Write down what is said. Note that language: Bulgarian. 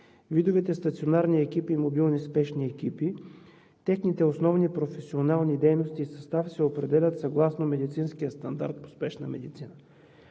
Видовете стационарни екипи и мобилни спешни екипи, техните основни професионални дейности и състав се определят съгласно медицинския стандарт по спешна медицина.